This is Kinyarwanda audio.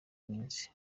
minsi